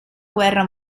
guerra